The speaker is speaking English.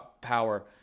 power